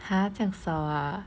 !huh! 这样少 ah